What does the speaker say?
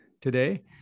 today